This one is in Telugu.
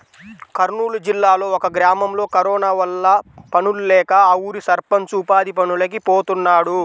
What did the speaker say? కర్నూలు జిల్లాలో ఒక గ్రామంలో కరోనా వల్ల పనుల్లేక ఆ ఊరి సర్పంచ్ ఉపాధి పనులకి పోతున్నాడు